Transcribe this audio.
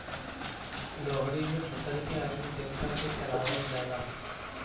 लोहड़ी में फसल के अग्नि देवता के चढ़ावल जाला